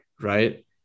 right